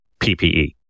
PPE